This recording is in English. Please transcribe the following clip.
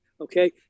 Okay